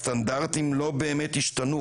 הסטנדרטים לא באמת השתנו